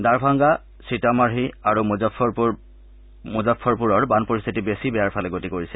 দাৰভাংগা সীতামাৰহী আৰু মুজ্জাফৰপুৰৰ বান পৰিশ্থিতি বেছি বেয়াৰ ফালে গতি কৰিছে